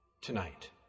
tonight